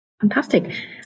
Fantastic